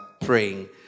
praying